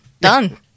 Done